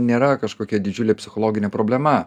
nėra kažkokia didžiulė psichologinė problema